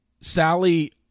Sally